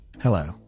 Hello